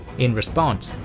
in response,